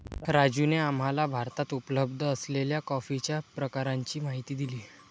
राजूने आम्हाला भारतात उपलब्ध असलेल्या कॉफीच्या प्रकारांची माहिती दिली